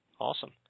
Awesome